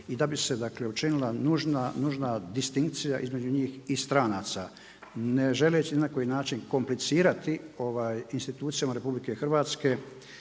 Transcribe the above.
i da bi se, dakle učinila nužna distinkcija između njih i stranaca ne želeći ni na koji način komplicirati institucijama RH nošenje